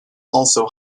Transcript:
also